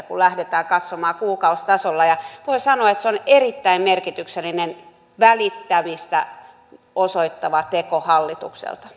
kun lähdetään katsomaan kuukausitasolla voi sanoa että se on erittäin merkityksellinen välittämistä osoittava teko hallitukselta